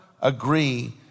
Agree